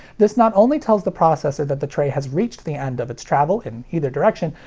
this not only tells the processor that the tray has reached the end of its travel in either direction,